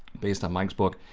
based on mike's book.